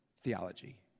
theology